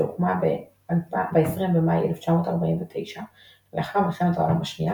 שהוקמה ב-20 במאי 1949 לאחר מלחמת העולם השנייה